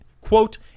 quote